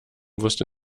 wusste